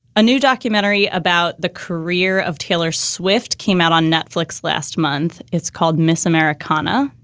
a new documentary about the career of taylor swift came out on netflix last month it's called miss americana,